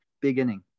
beginning